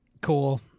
Cool